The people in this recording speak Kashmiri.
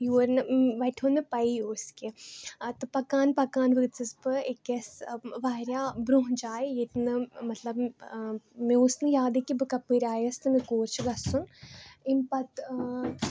یور نہٕ وَتہِ ہُنٛد پَیی اوس کیٚنٛہہ تہٕ پَکان پَکان وٲژٕس بہٕ أکِس واریاہ برٛونٛہہ جاے ییٚتہِ نہٕ مطلب مےٚ اوس نہٕ یادٕے کہِ بہٕ کَپٲرۍ آیَس تہٕ مےٚ کور چھُ گژھُن اَمہِ پَتہٕ